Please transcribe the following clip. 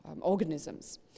organisms